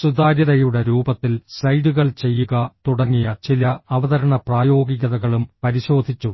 സുതാര്യതയുടെ രൂപത്തിൽ സ്ലൈഡുകൾ ചെയ്യുക തുടങ്ങിയ ചില അവതരണ പ്രായോഗികതകളും പരിശോധിച്ചു